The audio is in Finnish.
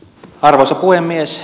arvoisa puhemies